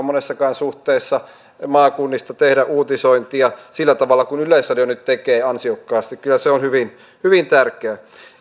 monessakaan suhteessa tehdä uutisointia maakunnista sillä tavalla kuin yleisradio nyt tekee ansiokkaasti kyllä se on hyvin hyvin tärkeää